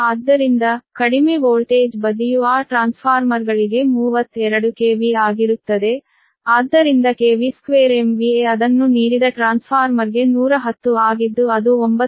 ಆದ್ದರಿಂದ ಕಡಿಮೆ ವೋಲ್ಟೇಜ್ ಬದಿಯು ಆ ಟ್ರಾನ್ಸ್ಫಾರ್ಮರ್ಗಳಿಗೆ 32 ಕೆವಿ ಆಗಿರುತ್ತದೆ ಆದ್ದರಿಂದ ಕೆವಿ 2 ಎಂವಿಎ ಅದನ್ನು ನೀಡಿದ ಟ್ರಾನ್ಸ್ಫಾರ್ಮರ್ಗೆ 110 ಆಗಿದ್ದು ಅದು 9